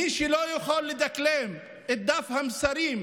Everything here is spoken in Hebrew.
מי שלא יכול לדקלם את דף המסרים,